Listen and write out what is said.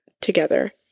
together